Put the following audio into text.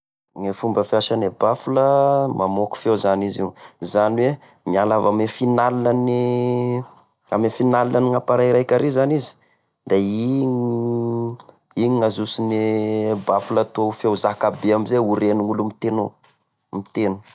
Gne fomba fiasana e bafle mamôky feo zany izy io zany hoe: miala avy ame final ame final gny appareil raiky ary zany izy da igny gny azosone bafle atao ho feo zakabe amizay ho ren'olo mitegno, mitegno.